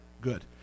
Good